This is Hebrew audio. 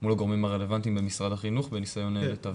מול הגורמים הרלוונטיים במשרד החינוך בניסיון לתווך.